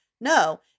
No